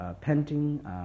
painting